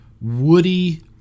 woody